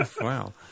Wow